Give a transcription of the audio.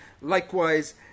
likewise